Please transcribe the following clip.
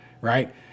right